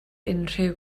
unrhyw